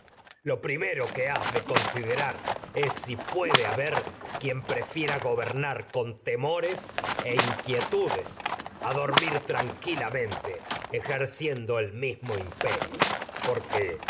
lo primero que has de considerar con es si puede haber quien prefiera gobernar dormir tranquilamente temores e inquietu des a ejerciendo el mismo im rey perio hecho porque